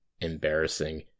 embarrassing